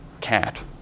cat